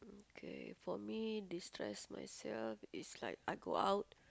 kay for me destress myself is like I go out